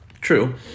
True